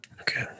okay